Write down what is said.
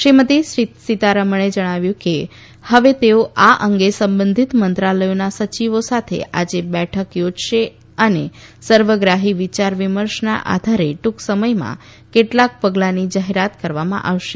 શ્રીમતી સીતારમણે જણાવ્યું કે હવે તેઓ આ અંગે સંબંધિત મંત્રાલયોના સચિવો સાથે આજે બેઠક યોજશે અને સર્વગ્રાફી વિયાર વિમર્શના આધારે ટુંક સમયમાં કેટલાક પગલાની જાહેરાત કરવામાં આવશે